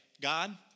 God